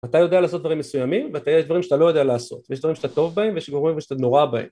אתה יודע לעשות דברים מסוימים, ויש דברים שאתה לא יודע לעשות, יש דברים שאתה טוב בהם, ויש דברים שאתה נורא בהם.